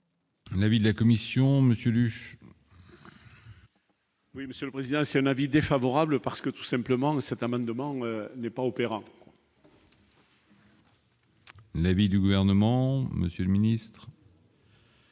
L'avis de la Commission, monsieur le. Oui, Monsieur le Président, c'est un avis défavorable, parce que tout simplement, cet amendement n'est pas opérante. Mais du gouvernement Monsieur le Ministre.